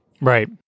Right